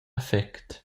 effect